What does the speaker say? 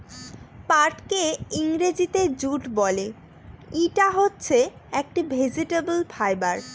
পাটকে ইংরেজিতে জুট বলে, ইটা হচ্ছে একটি ভেজিটেবল ফাইবার